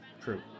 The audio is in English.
true